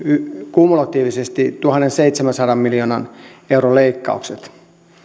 kumulatiivisesti tuhannenseitsemänsadan miljoonan euron leikkaukset